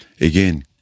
again